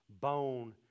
bone